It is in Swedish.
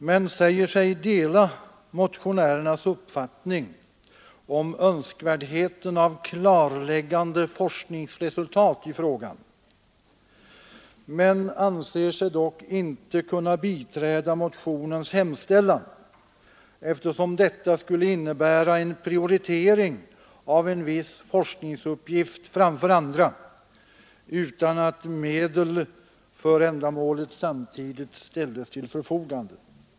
Man säger sig dela motionärernas uppfattning om önskvärdheten av klarläggande forskningsresultat i frågan men anser sig inte kunna biträda motionens hemställan, eftersom detta skulle innebära en prioritering av en viss forskningsuppgift framför andra utan att medel för ändamålet samtidigt ställs till förfogande.